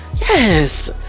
yes